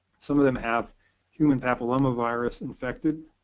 some of them have human papilloma virus infected.